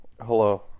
Hello